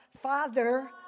father